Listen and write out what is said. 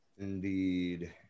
Indeed